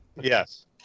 yes